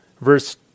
Verse